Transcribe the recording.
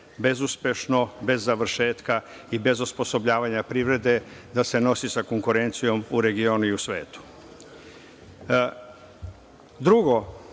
bezuspešno, bez završetka i bez osposobljavanja privrede da se nosi sa konkurencijom u regionu i u svetu. Drugo,